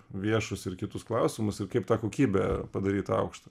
viešus ir kitus klausimus ir kaip tą kokybę padaryt aukštą